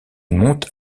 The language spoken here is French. monte